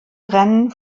rennen